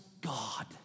God